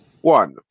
one